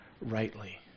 rightly